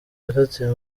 yafatiwe